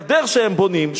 את הגדר שהם בונים,